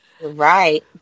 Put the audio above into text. right